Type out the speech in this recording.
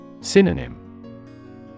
Synonym